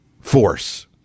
force